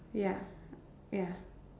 ya ya